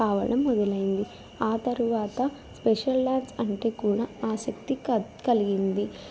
కావడం మొదలైంది ఆ తరువాత స్పెషల్ డ్యాన్స్ అంటే కూడా ఆసక్తి క కలిగింది